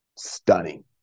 stunning